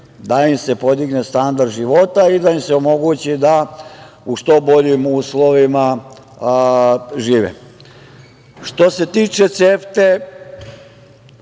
da im se podigne standard života i da im se omogući da u što boljim uslovima žive. Što se tiče CEFTA-e,